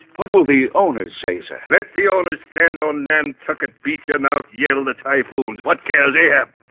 what will the owners say, sir? let the owners stand on nantucket beach and out. yell the typhoons what care they have